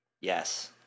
Yes